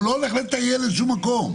הוא לא הולך לטייל לשום מקום.